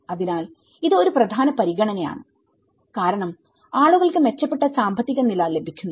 അതിനാൽ ഇത് ഒരു പ്രധാന പരിഗണനയാണ് കാരണം ആളുകൾക്ക് മെച്ചപ്പെട്ട സാമ്പത്തിക നില ലഭിക്കുന്നു